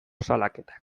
salaketak